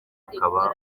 akaba